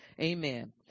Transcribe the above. Amen